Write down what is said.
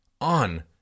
on